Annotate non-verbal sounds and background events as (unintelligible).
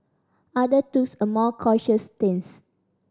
others (unintelligible) a more cautious stance